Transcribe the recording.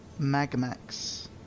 Magmax